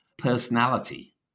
personality